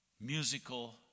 musical